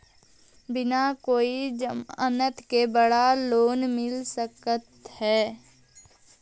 बिना कोई जमानत के बड़ा लोन मिल सकता है?